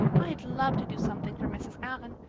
i'd love to do something for mrs. allan,